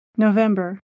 November